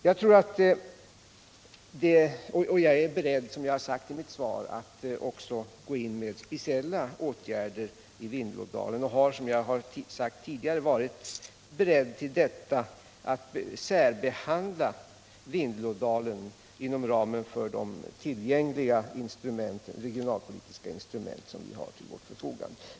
Jag är beredd, som jag har sagt i mitt svar, att också gå in med speciella åtgärder i Vindelådalen. Som jag sagt tidigare har jag varit beredd att särbehandla Vindelådalen inom ramen för de regionalpolitiska instrument som vi har till vårt förfogande.